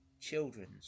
Children's